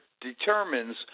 determines